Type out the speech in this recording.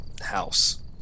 house